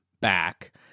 back